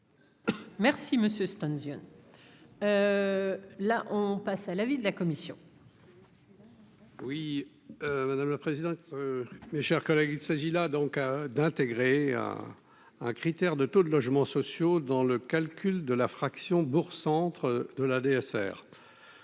Merci monsieur Stan, là on passe à l'avis de la commission. Parce que je suis. Oui, madame la président, mes chers collègues, il s'agit là donc d'intégrer à un critère de taux de logements sociaux dans le calcul de la fraction bourg, centre de la DSR